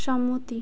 সম্মতি